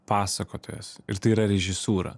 pasakotojas ir tai yra režisūra